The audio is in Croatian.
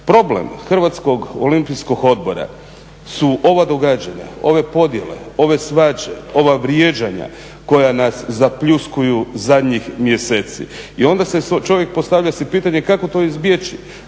Problem Hrvatskog olimpijskog odbora su ova događanja, ove podjele, ove svađe, ova vrijeđanja koja nas zapljuskuju zadnjih mjeseci. I onda čovjek si postavlja pitanje kako to izbjeći,